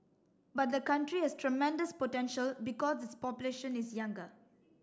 but the country has tremendous potential because its population is younger